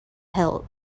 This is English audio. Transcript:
help